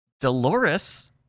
Dolores